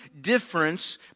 difference